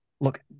look